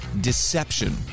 deception